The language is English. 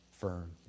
firm